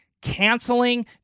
canceling